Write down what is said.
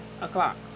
o'clock